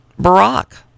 Barack